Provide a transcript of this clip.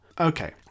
Okay